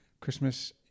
Christmas